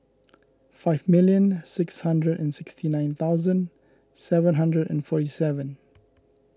five million six hundred and sixty nine thousand seven thousand and forty seven